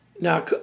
Now